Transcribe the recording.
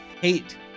Hate